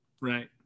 Right